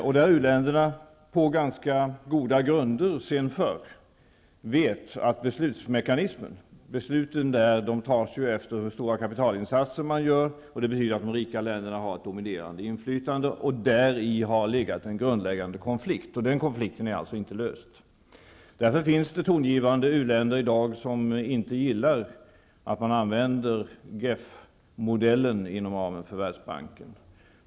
U-länderna vet på goda grunder sedan tidigare att besluten fattas i relation till hur stora kapitalinsatser de olika länderna har gjort. Det betyder att de rika länderna har ett dominerande inflytande. Däri ligger en grundläggande konflikt, och den konfliken har inte lösts. Det finns därför i dag tongivande u-länder som inte gillar att man använder GEF-modellen inom ramen för världsbanken.